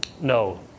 No